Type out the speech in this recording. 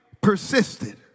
persisted